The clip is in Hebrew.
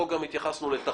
בחוק התייחסנו גם לתחרות,